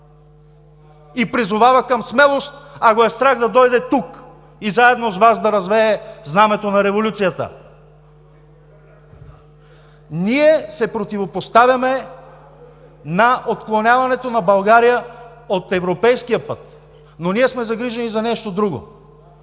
и призовава към смелост, а го е страх да дойде тук и заедно с Вас да развее знамето на революцията. Ние се противопоставяме на отклоняването на България от европейския път, но сме загрижени за нещо друго: